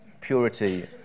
purity